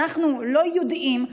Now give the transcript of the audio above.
לא יודעים,